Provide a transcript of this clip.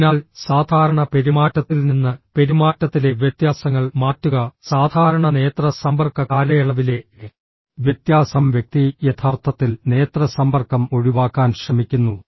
അതിനാൽ സാധാരണ പെരുമാറ്റത്തിൽ നിന്ന് പെരുമാറ്റത്തിലെ വ്യത്യാസങ്ങൾ മാറ്റുക സാധാരണ നേത്ര സമ്പർക്ക കാലയളവിലെ വ്യത്യാസം വ്യക്തി യഥാർത്ഥത്തിൽ നേത്ര സമ്പർക്കം ഒഴിവാക്കാൻ ശ്രമിക്കുന്നു